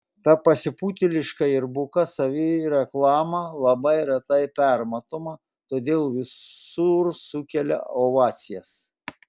ta pasipūtėliška ir buka savireklama labai retai permatoma todėl visur sukelia ovacijas